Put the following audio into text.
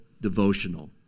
Devotional